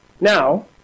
Now